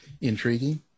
intriguing